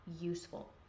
useful